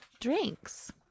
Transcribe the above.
drinks